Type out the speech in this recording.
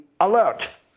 alert